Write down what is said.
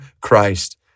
Christ